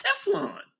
Teflon